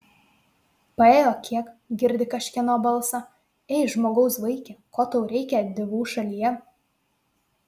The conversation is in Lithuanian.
paėjo kiek girdi kažkieno balsą ei žmogaus vaike ko tau reikia divų šalyje